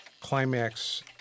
climax